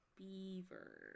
beaver